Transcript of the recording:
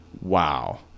wow